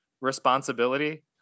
responsibility